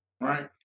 Right